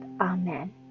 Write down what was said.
Amen